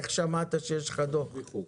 איך שמעת שיש לך דוח?